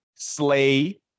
Slay